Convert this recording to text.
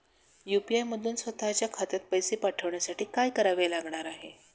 UPI मधून स्वत च्या खात्यात पैसे पाठवण्यासाठी काय करावे लागणार आहे?